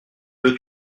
veux